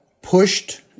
pushed